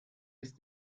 ist